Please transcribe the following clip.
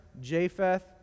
Japheth